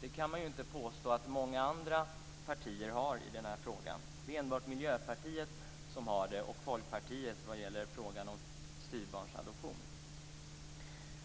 Det kan man ju inte påstå att så många partier har i denna fråga. Det är enbart Miljöpartiet och Folkpartiet som har det i frågan om styvbarnsadoption.